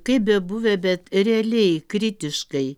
kaip bebuvę bet realiai kritiškai